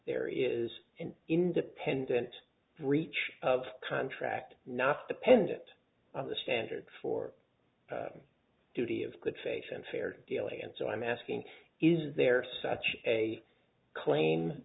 there is an independent breach of contract not dependent on the standard for duty of good faith and fair dealing and so i'm asking is there such a claim